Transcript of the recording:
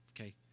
Okay